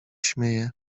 śmieje